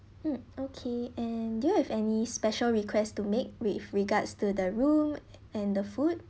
mm okay and do you have any special request to make with regards to the room and the food